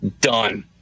done